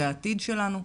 זה העתיד שלנו,